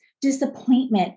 disappointment